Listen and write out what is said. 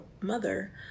mother